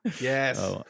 yes